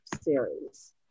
Series